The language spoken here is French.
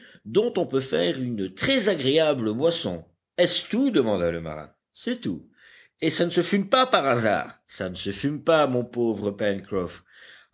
dont on peut faire une très agréable boisson est-ce tout demanda le marin c'est tout et ça ne se fume pas par hasard ça ne se fume pas mon pauvre